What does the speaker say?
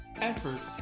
Efforts